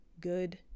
good